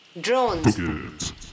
Drones